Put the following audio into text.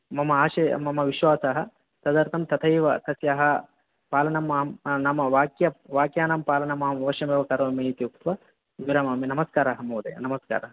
मम आशयः मम विश्वासः तदर्थं तथैव तस्याः पालनमहं नाम वाक्य वाक्यानां पालनमहमवश्यमेव करोमि इति उक्त्वा विरमामि नमस्काराः महोदय नमस्काराः